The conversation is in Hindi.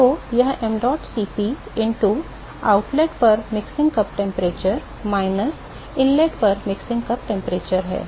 तो यह mdot Cp into आउटलेट पर मिक्सिंग कप तापमान minus इनलेट पर मिक्सिंग कप तापमान है